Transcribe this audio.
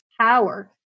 power